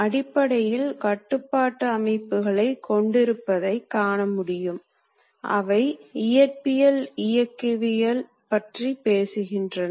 மேசையின் இரு பரிமாண இயக்கத்தை உருவாக்குவதற்கு இந்தவகையான ஒரு வழிமுறை உருவாக்கப்பட்டது